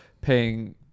paying